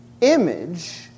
image